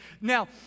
Now